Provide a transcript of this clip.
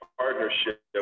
partnership